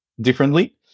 differently